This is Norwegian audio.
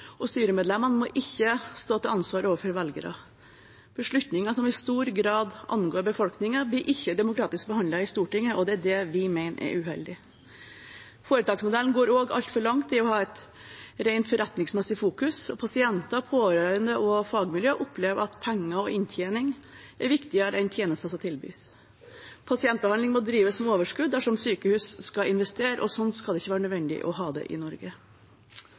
og styremedlemmene må ikke stå til ansvar overfor velgere. Beslutninger som i stor grad angår befolkningen, blir ikke demokratisk behandlet i Stortinget, og det er det vi mener er uheldig. Foretaksmodellen går også altfor langt i å ha et rent forretningsmessig fokus, og pasienter, pårørende og fagmiljøer opplever at penger og inntjening er viktigere enn tjenestene som tilbys. Pasientbehandling må drives med overskudd dersom sykehus skal investere, og sånn skal det ikke være nødvendig å ha det i Norge.